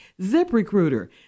ZipRecruiter